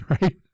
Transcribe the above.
right